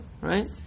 right